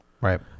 right